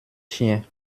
chiens